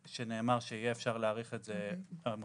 שנאמר שיהיה אפשר להאריך את זה על ידי